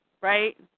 right